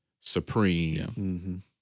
supreme